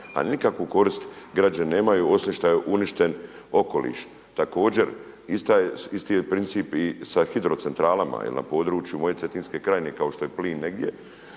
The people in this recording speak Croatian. a nikakvu korist građani nemaju osim što je uništen okoliš. Također isti je princip i sa hidrocentralama jer na području moje Cetinske krajine kao što je plin negdje,